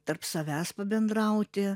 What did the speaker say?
tarp savęs pabendrauti